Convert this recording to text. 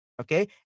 Okay